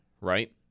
right